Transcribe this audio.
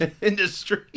industry